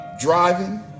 driving